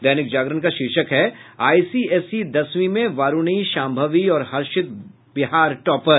दैनिक जागरण का शीर्षक है आईसीएसई दसवीं में वारूणी शांभवी और हर्षित बिहार टॉपर